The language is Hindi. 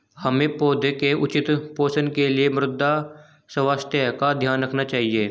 हमें पौधों के उचित पोषण के लिए मृदा स्वास्थ्य का ध्यान रखना चाहिए